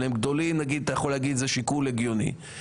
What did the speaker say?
אתה יכול להגיד שזה שיקול הגיוני.